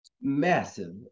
massive